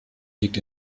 liegt